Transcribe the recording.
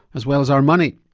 as well as our money?